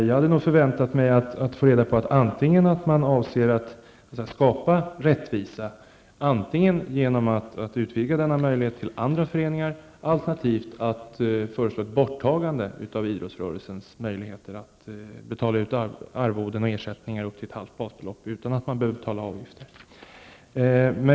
Jag hade förväntat mig att få reda på att regeringen avser att skapa rättvisa, antingen genom att utvidga denna möjlighet till andra föreningar eller genom att föreslå ett borttagande av idrottsrörelsens möjligheter att betala ut arvoden och ersättningar upp till ett halvt basbelopp utan att behöva betala avgifter.